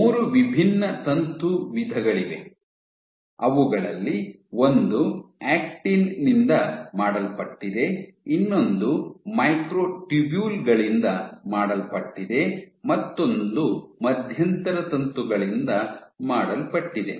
ಮೂರು ವಿಭಿನ್ನ ತಂತು ವಿಧಗಳಿವೆ ಅವುಗಳಲ್ಲಿ ಒಂದು ಆಕ್ಟಿನ್ ನಿಂದ ಮಾಡಲ್ಪಟ್ಟಿದೆ ಇನ್ನೊಂದು ಮೈಕ್ರೊಟ್ಯೂಬ್ಯೂಲ್ಗಳಿಂದ ಮಾಡಲ್ಪಟ್ಟಿದೆ ಮತ್ತೊಂದು ಮಧ್ಯಂತರ ತಂತುಗಳಿಂದ ಮಾಡಲ್ಪಟ್ಟಿದೆ